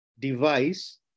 device